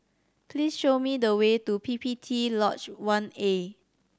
please show me the way to P P T Lodge One A